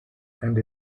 and